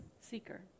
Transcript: seeker